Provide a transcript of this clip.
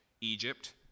Egypt